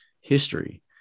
history